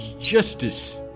justice